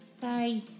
Bye